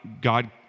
God